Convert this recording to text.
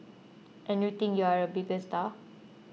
and you think you're a big star